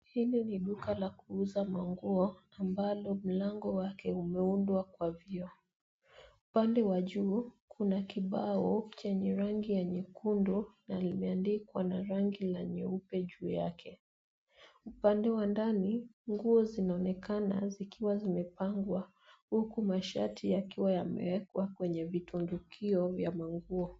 Hili ni duka la kuuza manguo ambalo mlango wake umeundwa kwa vyoo ,upande wa juu kuna kibao chenye rangi ya nyekundu na limeandikwa na rangi la nyeupe juu yake ,upande wa ndani nguo zinaonekana zikiwa zimepangwa huku masharti yakiwa yamewekwa kwenye vitundukio vya manguo.